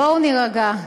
בואו נירגע.